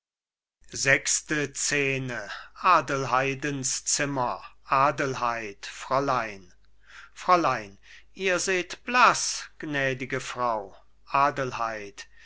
adelheid fräulein fräulein ihr seht blaß gnädige frau adelheid